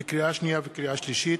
לקריאה שנייה ולקריאה שלישית,